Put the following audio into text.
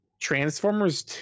Transformers